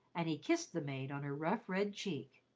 and he kissed the maid on her rough red cheek.